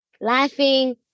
laughing